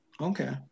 Okay